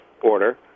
Order